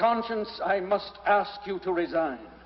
conscience i must ask you to resign